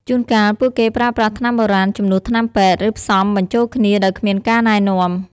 ជួនកាល ពួកគេប្រើប្រាស់ថ្នាំបុរាណជំនួសថ្នាំពេទ្យ ឬផ្សំបញ្ចូលគ្នាដោយគ្មានការណែនាំ។